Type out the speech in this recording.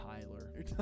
Tyler